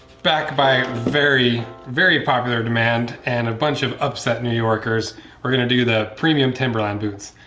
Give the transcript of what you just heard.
backed by a very very popular demand and a bunch of upset new yorkers we're gonna do the premium timberland boots.